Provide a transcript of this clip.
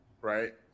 right